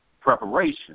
preparation